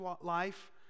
life